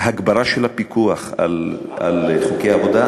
הגברה של הפיקוח על חוקי עבודה,